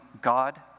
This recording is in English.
God